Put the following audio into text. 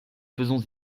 faisons